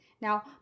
Now